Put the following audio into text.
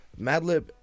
madlib